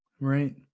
Right